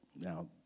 Now